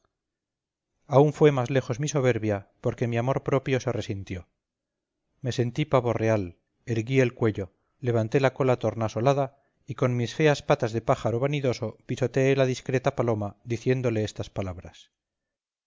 aún fue más lejos mi soberbia porque mi amor propio se resintió me sentí pavo real erguí mi cuello levanté la cola tornasolada y con mis feas patas de pájaro vanidoso pisoteé la discreta paloma diciéndole estas palabras